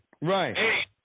Right